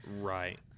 right